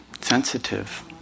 Sensitive